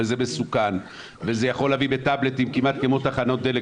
וזה מסוכן וזה יכול עם טאבלטים כמעט כמו תחנות דלק